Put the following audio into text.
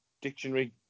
dictionary